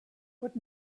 but